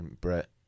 Brett